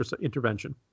intervention